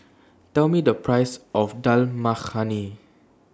Tell Me The Price of Dal Makhani